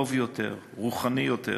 טוב יותר, רוחני יותר,